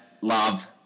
love